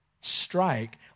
strike